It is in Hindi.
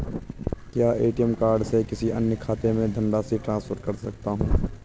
क्या ए.टी.एम कार्ड से किसी अन्य खाते में धनराशि ट्रांसफर कर सकता हूँ?